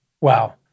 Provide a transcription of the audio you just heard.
Wow